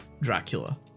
Dracula